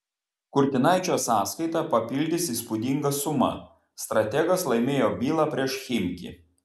kurtinaičio sąskaitą papildys įspūdinga suma strategas laimėjo bylą prieš chimki